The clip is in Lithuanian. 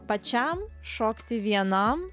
pačiam šokti vienam